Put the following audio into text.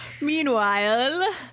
Meanwhile